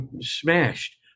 smashed